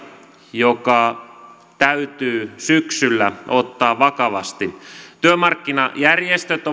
joka täytyy syksyllä ottaa vakavasti työmarkkinajärjestöt